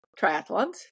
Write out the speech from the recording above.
triathlons